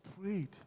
prayed